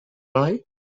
mai